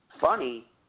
funny